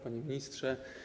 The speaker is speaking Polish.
Panie Ministrze!